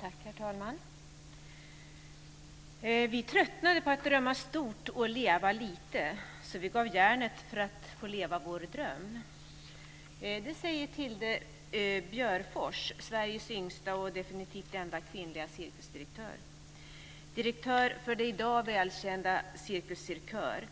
Herr talman! "Vi tröttnade på att drömma stort och leva litet, så vi gav järnet för att leva vår dröm." Det säger Tilde Björfors, Sveriges yngsta och definitivt enda kvinnliga cirkusdirektör - direktör för det i dag välkända Cirkus Cirkör.